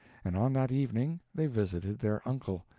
and on that evening they visited their uncle,